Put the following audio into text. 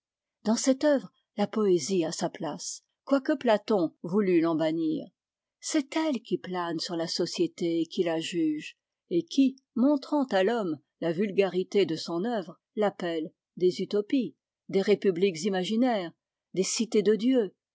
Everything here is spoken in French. dans cette œuvre la poésie a sa place quoique platon voulut l'en bannir c'est elle qui plane sur la société et qui la juge et qui montrant à l'homme la vulgarité de son œuvre l'appelle des utopies des républiques imaginaires des cités de dieu